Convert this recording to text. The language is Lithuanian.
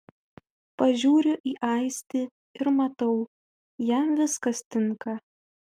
pažiūriu į aistį ir matau jam viskas tinka